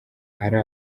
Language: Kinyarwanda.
ari